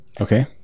okay